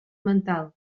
mental